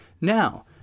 Now